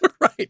Right